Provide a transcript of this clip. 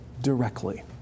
directly